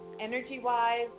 Energy-wise